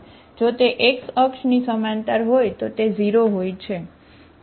જો તે x અક્ષની સમાંતર હોય તો તે 0 હોય છે બરાબર